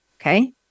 Okay